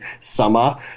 summer